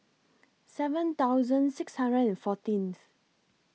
seven thousand six hundred and fourteenth